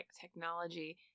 technology